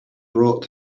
brought